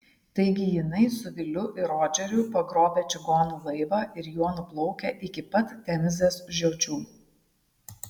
taigi jinai su viliu ir rodžeriu pagrobę čigonų laivą ir juo nuplaukę iki pat temzės žiočių